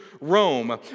Rome